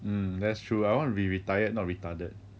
hmm that's true I want to be retired not retarded